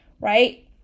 right